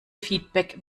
feedback